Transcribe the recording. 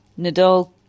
Nadal